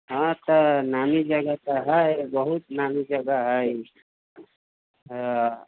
हँ तऽ नामी जगह तऽ है बहुत नामी जगह है हँ